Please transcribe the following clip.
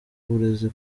uburezi